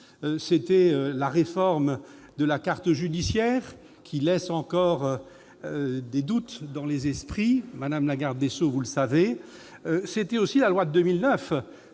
C'était la réforme de la carte judiciaire, qui laisse encore des doutes dans les esprits ; madame la garde des sceaux, vous le savez bien. C'était aussi la loi